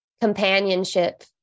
companionship